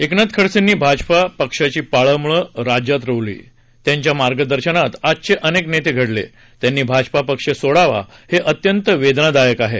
एकनाथ खडसेंनी भाजपा पक्षाची पाळेमुळे राज्यात रोवली ज्यांच्या मार्गदर्शनात आजचे अनेक नेते घडले त्यांनी भाजपा पक्ष सोडावा हे अत्यंत वेदनादायक आहेत